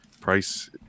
price